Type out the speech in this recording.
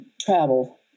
travel